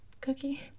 Cookie